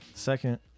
second